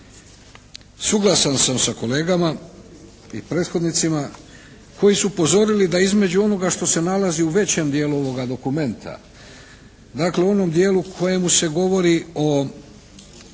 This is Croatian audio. suglasan sam sa kolegama i prethodnicima koji su upozorili da između onoga što se nalazi u većem dijelu ovoga dokumenta dakle u onom dijelu u kojemu se govori o